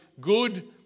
good